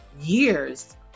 years